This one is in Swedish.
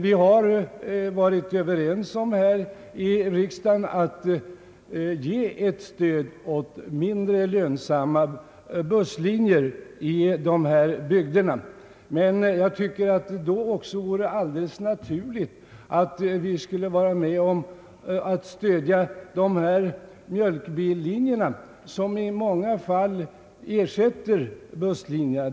Vi har här i riksdagen varit överens om att ge ett stöd åt mindre lönsamma busslinjer i dessa bygder, men jag tycker att det då också vore alldeles naturligt att vi skulle vara med om att stödja mjölkbillinjerna, som i många fall ersätter busslinjerna.